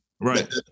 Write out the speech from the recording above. Right